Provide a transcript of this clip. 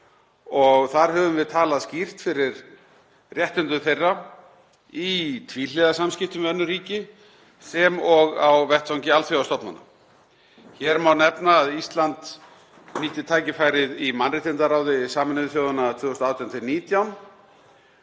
og þar höfum við talað skýrt fyrir réttindum þess í tvíhliða samskiptum við önnur ríki sem og á vettvangi alþjóðastofnana. Hér má nefna að Ísland nýtti tækifærið í mannréttindaráði Sameinuðu þjóðanna 2018–2019,